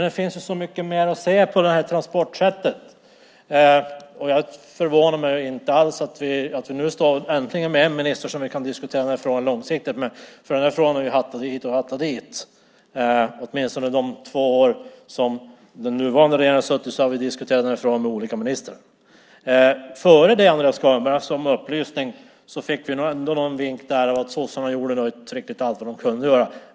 Det finns ju så mycket mer att se genom det här transportsättet. Det förvånar mig inte alls att vi äntligen har en minister som vi kan diskutera den här frågan långsiktigt med. Vi har diskuterat den här frågan hit och dit. Under de två år som den nuvarande regeringen har suttit har vi diskuterat den här frågan med olika ministrar. Före det, Andreas Carlgren, fick vi någon vink om att sossarna inte gjorde riktigt allt de kunde.